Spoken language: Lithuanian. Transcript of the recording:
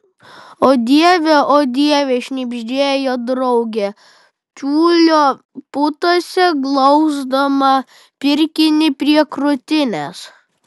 o dieve o dieve šnibždėjo draugė tiulio putose glausdama pirkinį prie krūtinės